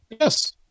yes